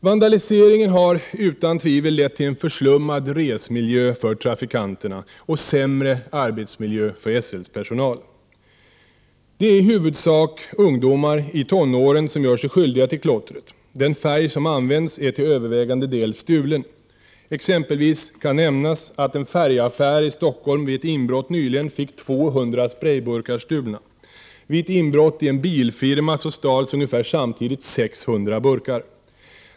Vandaliseringen har utan tvivel lett till försllummad resmiljö för trafikanterna och sämre arbetsmiljö för SL:s personal. Det är i huvudsak ungdomar i tonåren som gör sig skyldiga till klottret. Den färg som används är till övervägande del stulen. Exempelvis kan nämnas att en färgaffär i Stockholm vid ett inbrott nyligen fick 200 sprejburkar stulna. Vid ett inbrott i en bilfirma stals ungefär samtidigt 600 burkar.